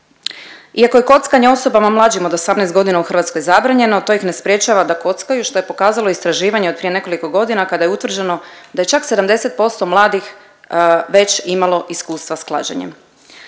Iako je kockanje osobama mlađim od 18 godina u Hrvatskoj zabranjeno to ih ne sprječava da kockaju što je pokazalo istraživanje od prije nekoliko godina kada je utvrđeno da je čak 70% mladih već imalo iskustva s klađenjem.